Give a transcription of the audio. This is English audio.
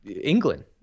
england